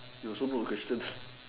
you also put questions